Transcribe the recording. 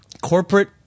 corporate